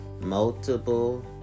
multiple